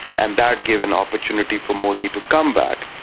and that gave an opportunity for modi to come back.